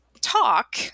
talk